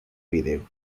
video